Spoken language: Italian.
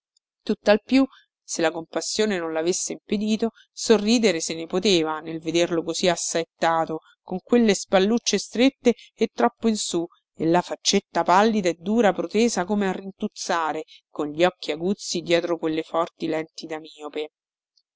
tuttal più se la compassione non lavesse impedito sorridere se ne poteva nel vederlo così assaettato con quelle spallucce strette e troppo in su e la faccetta pallida e dura protesa come a rintuzzare con gli occhi aguzzi dietro quelle forti lenti da miope